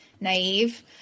naive